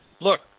look